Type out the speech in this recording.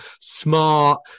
smart